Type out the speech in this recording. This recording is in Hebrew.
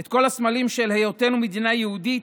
את כל הסמלים של היותנו מדינה יהודית,